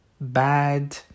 bad